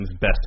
best